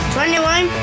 Twenty-one